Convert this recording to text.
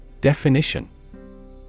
Definition